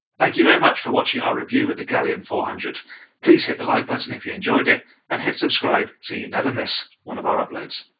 thank you very much for watching our review of the galleon four hundred please hit the like button if you enjoyed it and hit subscribe so you never miss one of our uploads